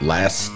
Last